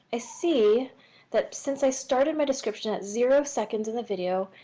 i see that since i started my description at zero seconds in the video,